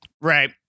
Right